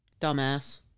Dumbass